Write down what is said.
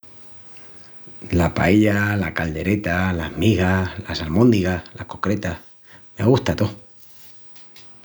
La paella, la caldereta, las migas, las almóndigas, las cocretas. Me gusta tó!